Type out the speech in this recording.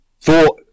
thought